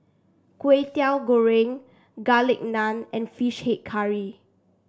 Kway Teow Goreng Garlic Naan and fish head curry